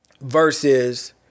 versus